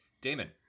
Damon